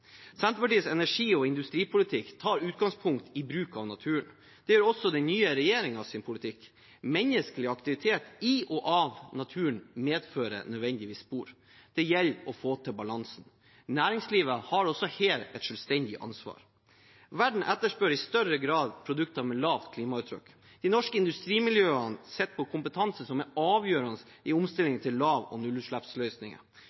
Senterpartiets energi- og industripolitikk tar utgangspunkt i bruk av naturen. Det gjør også den nye regjeringens politikk. Menneskelig aktivitet i og bruk av naturen medfører nødvendigvis spor. Det gjelder å få til balansen. Næringslivet har også her et selvstendig ansvar. Verden etterspør i større grad produkter med lavt klimaavtrykk. De norske industrimiljøene sitter på kompetanse som er avgjørende i